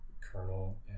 kernel